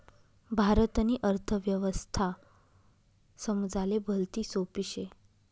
भारतनी अर्थव्यवस्था समजाले भलती सोपी शे